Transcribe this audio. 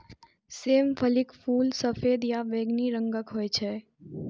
सेम फलीक फूल सफेद या बैंगनी रंगक होइ छै